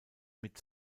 mit